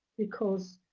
because